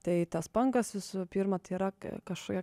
tai tas pankas visų pirma tai yra kažkokia